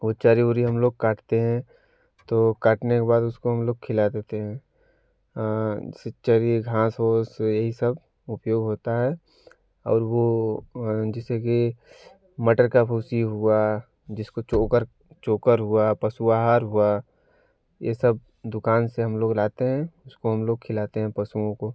वो चरी उरी हम लोग काटते है तो काटने के बाद उसको हम लोग खिला देते है जैसे चरी घास उस यही सब उपयोग होता है और वो जैसे कि मटर का भूसी हुआ जिसको चोकर चोकर हुआ पशु आहार हुआ ये सब दुकान से हम लोग लाते है उसको हम लोग खिलाते है पशुओं को